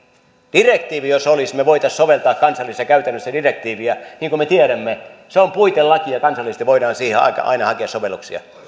direktiivi jos se olisi me voisimme soveltaa kansallisessa käytännössä direktiiviä niin kuin me tiedämme se on puitelaki ja kansallisesti voidaan siihen aina hakea sovelluksia